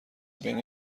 بین